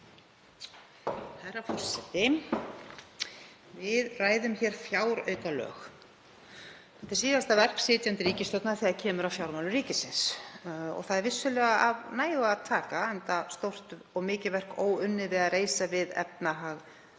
Herra forseti. Við ræðum hér fjáraukalög. Þetta er síðasta verk sitjandi ríkisstjórnar þegar kemur að fjármálum ríkisins og það er vissulega af nægu að taka enda stórt og mikið verk óunnið við að reisa við efnahag